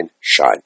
shine